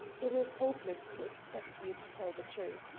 it is hopeless to expect you to tell the truth.